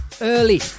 early